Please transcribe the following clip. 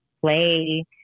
play